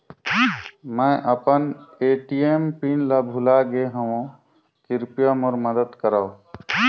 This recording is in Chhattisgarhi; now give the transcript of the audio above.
मैं अपन ए.टी.एम पिन ल भुला गे हवों, कृपया मोर मदद करव